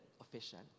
official